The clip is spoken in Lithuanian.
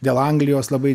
dėl anglijos labai